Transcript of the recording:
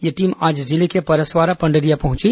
यह टीम आज जिले के परसवारा पंडरिया पहुंची